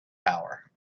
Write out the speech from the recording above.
power